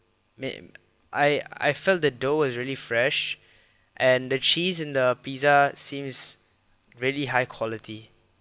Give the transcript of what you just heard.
mean I I felt the dough was really fresh and the cheese in the pizza seems really high quality